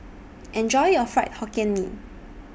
Enjoy your Fried Hokkien Mee